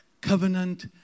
covenant